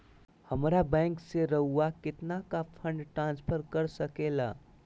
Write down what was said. हमरा बैंक खाता से रहुआ कितना का फंड ट्रांसफर कर सके ला?